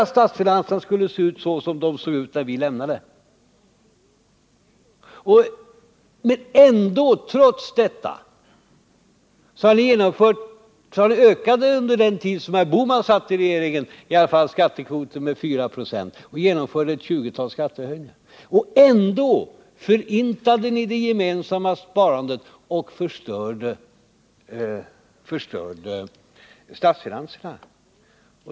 Trots detta ökade under den tid som herr Bohman satt i regeringen skattekvoten med 4 96, och ett tjugotal skattehöjningar genomfördes. Ändå förintade ni det gemensamma sparandet och förstörde statsfinanserna.